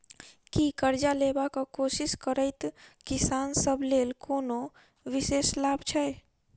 की करजा लेबाक कोशिश करैत किसान सब लेल कोनो विशेष लाभ छै?